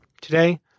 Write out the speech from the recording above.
Today